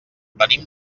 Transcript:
venim